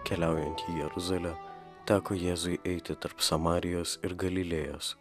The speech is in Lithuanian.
keliaujant į jeruzalę teko jėzui eiti tarp samarijos ir galilėjos